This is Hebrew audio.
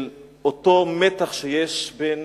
של אותו מתח שיש בין